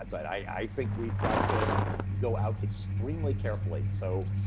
i think we've got to go out extremely carefully. so,